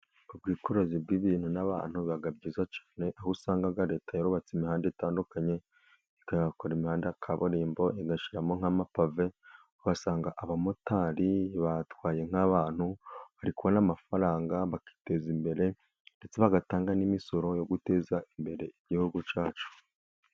Ubwikorerozi bw'ibintu n'abantu biba byiza cyane, aho usangaga Leta yarubatse imihanda itandukanye, ikahakora imihanda ya kaburimbo, igashyiramo nk'amapave. Ugasanga abamotari batwaye nk'abantu bari kubona n'amafaranga bakiteza imbere, ndetse bagatanga n'imisoro yo guteza imbere igihugu cyacu.